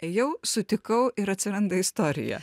jau sutikau ir atsiranda istorija